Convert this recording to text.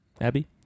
Abby